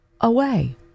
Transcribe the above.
away